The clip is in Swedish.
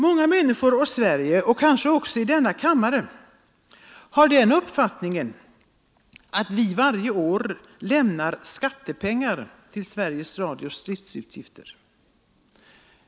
Många människor i Sverige och kanske även här i kammaren har den uppfattningen att vi varje år lämnar skattepengar till Sveriges Radios driftutgifter.